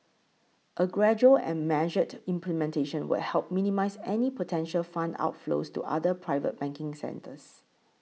a gradual and measured implementation would help minimise any potential fund outflows to other private banking centres